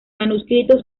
manuscrito